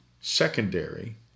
secondary